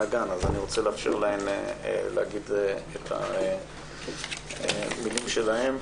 הגן אז אני רוצה לאפשר להן להגיד את הדברים שלהן.